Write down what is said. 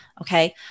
Okay